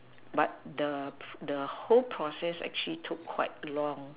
but the the whole process actually took quite long